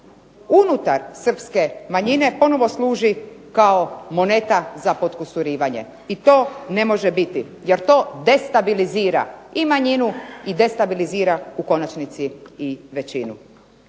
unutar Srpske manjine ponovo služi kao moneta za potkusurivanje. I to ne može biti jer to destabilizira i manjinu i destabilizira u konačnici i većinu.